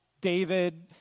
David